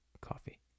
coffee